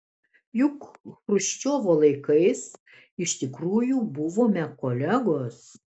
juk chruščiovo laikais iš tikrųjų buvome kolegos